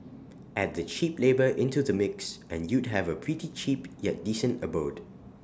add the cheap labour into the mix and you'd have A pretty cheap yet decent abode